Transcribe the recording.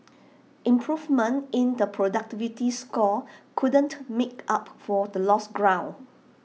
improvement in the productivity score couldn't make up for the lost ground